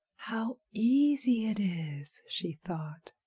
how easy it is! she thought.